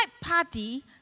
party